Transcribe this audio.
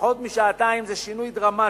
פחות משעתיים זה שינוי דרמטי,